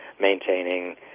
maintaining